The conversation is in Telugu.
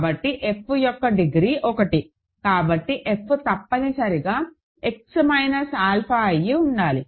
కాబట్టి F యొక్క డిగ్రీ 1 కాబట్టి f తప్పనిసరిగా X మైనస్ ఆల్ఫా అయి ఉండాలి